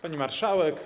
Pani Marszałek!